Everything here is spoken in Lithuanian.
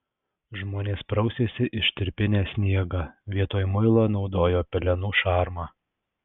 žmonės prausėsi ištirpinę sniegą vietoj muilo naudojo pelenų šarmą